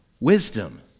wisdom